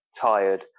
tired